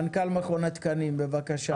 מנכ"ל מכון התקנים, בבקשה.